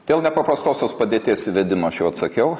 dėl nepaprastosios padėties įvedimo aš jau atsakiau